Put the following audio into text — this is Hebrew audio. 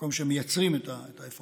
מקום שבו מייצרים את האפרוחים,